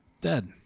dead